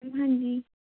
ਹਾਂਜੀ